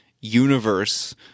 universe